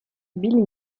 billy